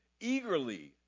eagerly